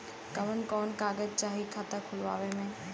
कवन कवन कागज चाही खाता खोलवावे मै?